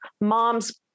mom's